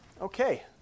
Okay